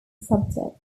subject